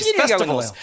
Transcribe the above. festivals